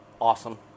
awesome